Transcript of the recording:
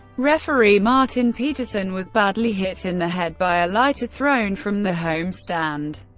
referee martin petesen was badly hit in the head by a lighter, thrown from the home stand.